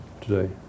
today